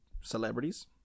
Celebrities